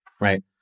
right